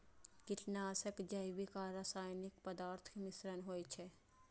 कीटनाशक जैविक आ रासायनिक पदार्थक मिश्रण होइ छै